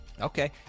Okay